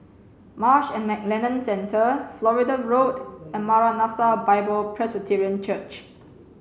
Marsh and McLennan Centre Florida Road and Maranatha Bible Presby Church